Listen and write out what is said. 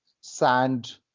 sand